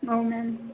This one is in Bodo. औ मेम